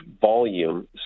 volume